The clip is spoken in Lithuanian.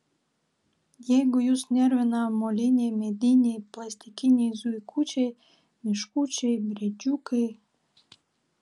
jeigu jus nervina moliniai mediniai plastikiniai zuikučiai meškučiai briedžiukai